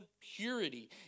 purity